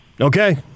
Okay